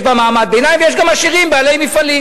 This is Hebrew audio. יש בה מעמד ביניים ויש גם עשירים בעלי מפעלים.